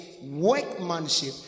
workmanship